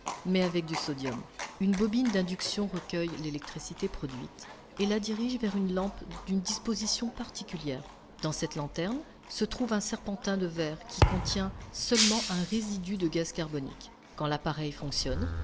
mais avec du sodium une bobine d'induction recueille l'électricité produite et la dirige vers une lanterne d'une disposition particulière dans cette lanterne se trouve un serpentin de verre qui contient seulement un résidu de gaz carbonique quand l'appareil fonctionne